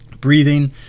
breathing